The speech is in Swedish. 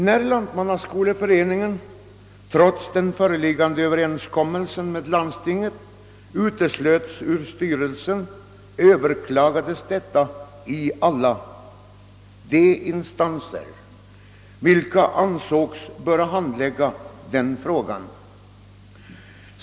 När Lantmannaskoleföreningens representanter trots den föreliggande överenskommelsen med landstinget uteslöts ur styrelsen överklagades detta i alla instanser som hade att handlägga frågan.